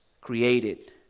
created